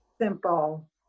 simple